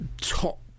top